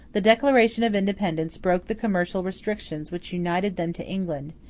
the declaration of independence broke the commercial restrictions which united them to england,